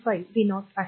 5 v0 आहे